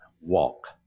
Walk